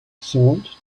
salt